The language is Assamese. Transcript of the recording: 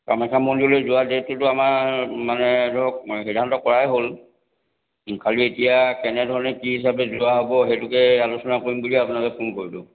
কামাখ্যা মন্দিৰলৈ যোৱা ডে'টটোতো আমাৰ মানে ধৰক সিদ্ধান্ত কৰাই হ'ল খালি এতিয়া কেনে ধৰণে কি হিচাপে যোৱা হ'ব সেইটোকে আলোচনা কৰিম বুলি আপোনালৈ ফোন কৰিলোঁ